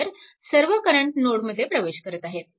तर सर्व करंट नोडमध्ये प्रवेश करत आहेत